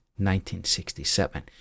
1967